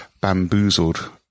bamboozled